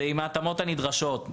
זה עם ההתאמות הנדרשות.